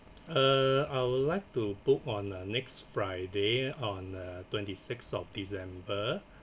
uh I would like to book on the next friday on a twenty sixth of december